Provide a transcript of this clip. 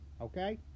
Okay